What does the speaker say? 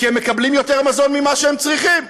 כי הם מקבלים יותר מזון ממה שהם צריכים.